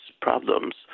problems